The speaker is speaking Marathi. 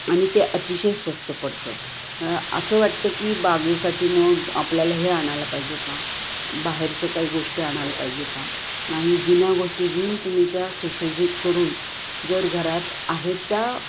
आणि ते अतिशय स्वस्त पडतं असं वाटतं की बागेसाठी मग आपल्याला हे आणायलं पाहिजे का बाहेरचं काही गोष्ट आणयला पाहिजे का नाही जुन्या गोष्टी घेऊन तुम्ही त्या सुशोभित करून जर घरात आहे त्या